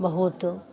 peeping